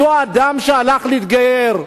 אותו אדם שהלך להתגייר,